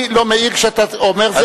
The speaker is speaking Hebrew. אני לא מעיר כשאתה אומר,